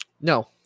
No